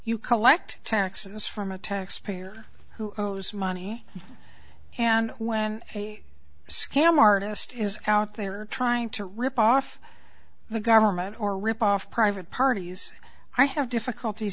you collect taxes from a taxpayer who owes money and when a scam artist is out there trying to rip off the government or rip off private parties i have difficulty